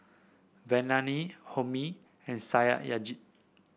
Vandana Homi and Satyajit